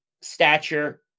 stature